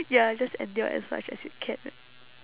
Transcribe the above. ya just endure as much as you can